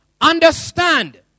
understand